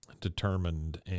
determined